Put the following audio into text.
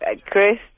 Chris